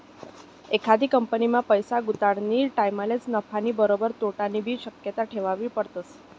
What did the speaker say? एखादी कंपनीमा पैसा गुताडानी टाईमलेच नफानी बरोबर तोटानीबी शक्यता ठेवनी पडस